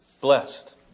Blessed